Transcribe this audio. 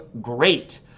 great